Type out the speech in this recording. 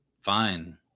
fine